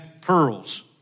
pearls